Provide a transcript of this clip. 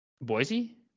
Boise